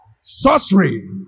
Sorcery